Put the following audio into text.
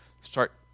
start